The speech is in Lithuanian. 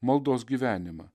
maldos gyvenimą